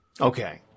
Okay